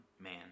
man